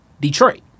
Detroit